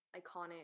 iconic